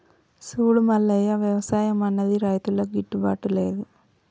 సూడు మల్లన్న, వ్యవసాయం అన్నది రైతులకు గిట్టుబాటు లేదు